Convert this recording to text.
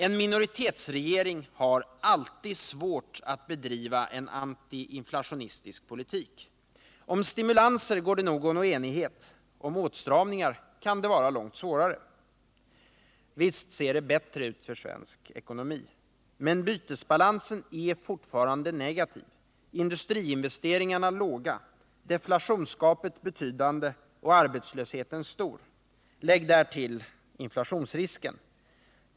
En minoritetsregering har alltid svårt att driva antiinflationistisk politik. Om stimulanser går det att nå enighet — om åtstramningar kan det vara långt svårare. Visst ser det bättre ut för svensk ekonomi. Men bytesbalansen är fortfarande negativ, industriinvesteringarna låga, deflationsgapet betydande och arbetslösheten stor. Lägg därtill inflationsrisken.